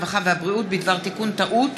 הרווחה והבריאות בדבר תיקון טעות